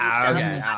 okay